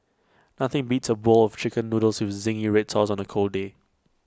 nothing beats A bowl of Chicken Noodles with Zingy Red Sauce on A cold day